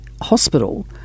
hospital